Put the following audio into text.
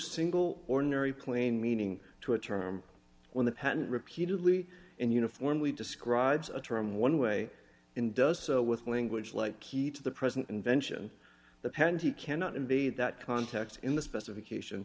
single ordinary plain meaning to a term when the patent repeatedly and uniformly describes a term one way and does so with language like key to the present invention the panty cannot be that context in the specification